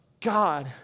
God